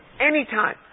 anytime